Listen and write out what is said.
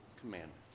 commandments